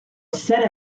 set